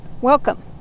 Welcome